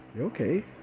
Okay